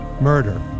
Murder